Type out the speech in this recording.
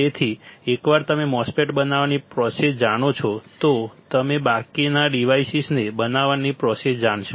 તેથી એકવાર તમે MOSFET બનાવવાની પ્રોસેસ જાણો છો તો તમે બાકીના ડિવાઇસીસને બનાવવાની પ્રોસેસ જાણશો